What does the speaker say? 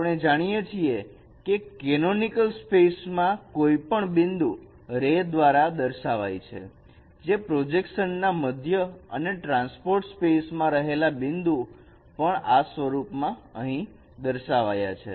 આપણે જાણીએ છીએ કે કેનોનિકલ સ્પેસમાં કોઈપણ બિંદુ રે દ્વારા દર્શાવાય છે જે પ્રોજેક્શન ના મધ્ય અને ટ્રાન્સપોર્ટ સ્પેસ માં રહેલા બિંદુ પણ આ સ્વરૂપમાં અહીં દર્શાવાય છે